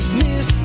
miss